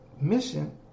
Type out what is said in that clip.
mission